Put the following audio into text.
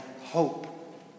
hope